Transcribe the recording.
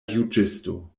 juĝisto